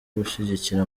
gushyigikira